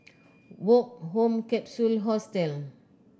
Woke Home Capsule Hostel